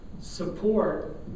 support